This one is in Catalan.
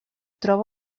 troba